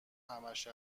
همش